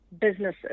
businesses